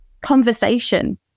conversation